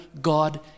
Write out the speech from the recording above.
God